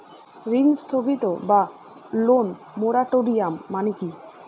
ঋণ স্থগিত বা লোন মোরাটোরিয়াম মানে কি?